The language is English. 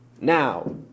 now